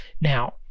Now